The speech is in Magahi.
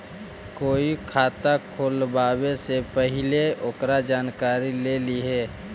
कोईओ खाता खुलवावे से पहिले ओकर जानकारी ले लिहें